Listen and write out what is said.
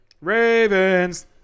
Ravens